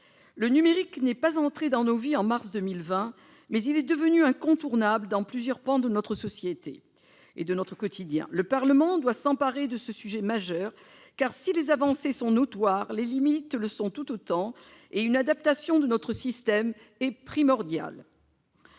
Le numérique n'est pas entré dans nos vies en mars 2020, mais il est devenu incontournable dans plusieurs pans de notre société et de notre quotidien. Le Parlement doit s'emparer de ce sujet majeur, car, si les avancées sont notoires, les limites le sont tout autant, et une adaptation de notre système est primordiale.